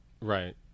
Right